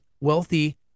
wealthy